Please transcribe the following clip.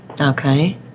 Okay